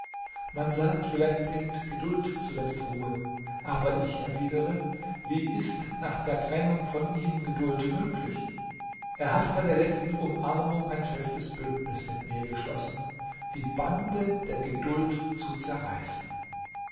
man sagt vielleicht bringt geduld zuletzt ruhe aber ich erwidere wie ist nach der trennung von ihm geduld möglich er hat bei der letzten umarmung ein festes bündnis mit mir geschlossen die bande der geduld zu zerreißen